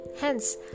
Hence